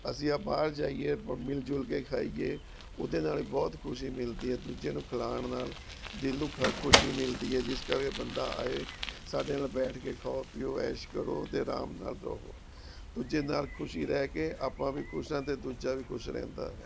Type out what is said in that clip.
ਅਸੀਂ ਬਾਹਰ ਜਾਈਏ ਆਪਾਂ ਮਿਲ ਜੁਲ ਕੇ ਖਾਈਏ ਉਹਦੇ ਨਾਲ ਹੀ ਬਹੁਤ ਖੁਸ਼ੀ ਮਿਲਦੀ ਹੈ ਦੂਜਿਆਂ ਨੂੰ ਖਿਲਾਉਣ ਨਾਲ ਦਿਲ ਨੂੰ ਖਾਸ਼ ਖੁਸ਼ੀ ਮਿਲਦੀ ਹੈ ਜਿਸ ਕਰਕੇ ਬੰਦਾ ਆਏ ਸਾਡੇ ਨਾਲ ਬੈਠ ਕੇ ਖਾਓ ਪੀਓ ਐਸ਼ ਕਰੋ ਅਤੇ ਅਰਾਮ ਨਾਲ ਰਹੋ ਦੂਜੇ ਨਾਲ ਖੁਸ਼ੀ ਲੈ ਕੇ ਆਪਾਂ ਵੀ ਖੁਸ਼ ਹਾਂ ਅਤੇ ਦੂਜਾ ਵੀ ਖੁਸ਼ ਰਹਿੰਦਾ ਹੈ